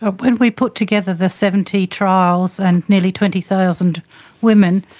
ah when we put together the seventy trials and nearly twenty thousand women,